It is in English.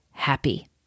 happy